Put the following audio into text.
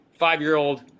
five-year-old